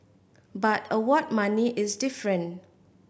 but award money is different